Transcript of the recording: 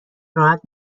راحت